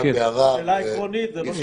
זו שאלה עקרונית ולא משפטית.